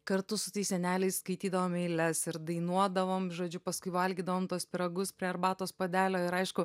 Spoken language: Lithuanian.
kartu su tais seneliais skaitydavom eiles ir dainuodavom žodžiu paskui valgydavom tuos pyragus prie arbatos puodelio ir aišku